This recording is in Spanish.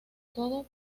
todo